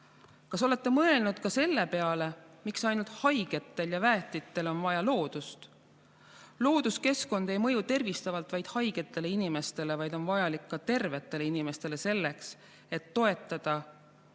Kas olete mõelnud ka selle peale, miks justkui ainult haigetel ja väetitel on vaja loodust? Looduskeskkond ei mõju tervistavalt vaid haigetele inimestele, vaid on vajalik ka tervetele inimestele, selleks et toetada